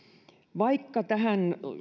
vaikka tähän